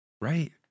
Right